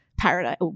paradise